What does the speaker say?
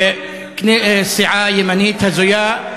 סיעה ימנית הזויה,